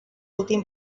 últim